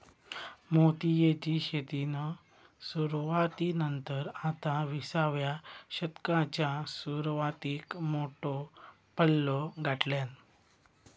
मोतीयेची शेतीन सुरवाती नंतर आता विसाव्या शतकाच्या सुरवातीक मोठो पल्लो गाठल्यान